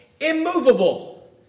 immovable